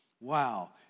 Wow